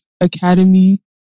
Academy